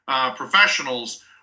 professionals